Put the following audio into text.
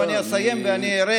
אבל אני אסיים וארד.